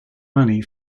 money